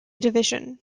division